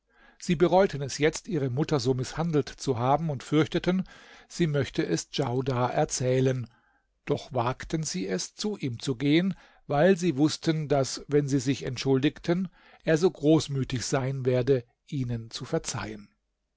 sie bereuten es jetzt ihre mutter so mißhandelt zu haben und fürchteten sie möchte es djaudar erzählen doch wagten sie es zu ihm zu gehen weil sie wußten daß wenn sie sich entschuldigten er so großmütig sein werde ihnen zu verzeihen